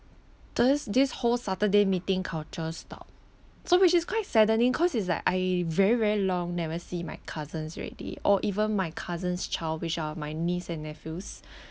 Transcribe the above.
thus this whole saturday meeting culture stop so which is quite saddening cause it's like I very very long never see my cousins already or even my cousins' child which are my niece and nephews